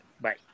Bye